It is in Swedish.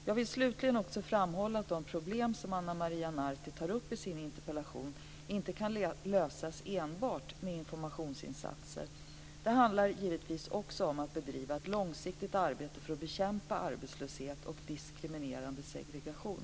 Jag vill slutligen också framhålla att de problem som Ana Maria Narti tar upp i sin interpellation inte kan lösas enbart med informationsinsatser. Det handlar givetvis också om att bedriva ett långsiktigt arbete för att bekämpa arbetslöshet och diskriminerande segregation.